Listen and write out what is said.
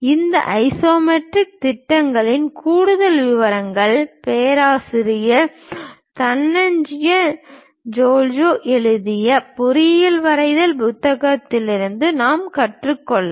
இந்த ஐசோமெட்ரிக் திட்டங்களின் கூடுதல் விவரங்கள் பேராசிரியர் தனஞ்சய் ஜோல்ஹே எழுதிய பொறியியல் வரைதல் புத்தகத்திலிருந்து நாம் கற்றுக்கொள்ளலாம்